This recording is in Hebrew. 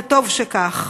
וטוב שכך.